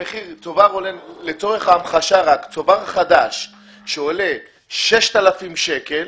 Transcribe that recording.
לצורך ההמחשה, צובר חדש שעולה 6,000 שקל,